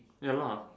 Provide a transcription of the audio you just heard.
ya lah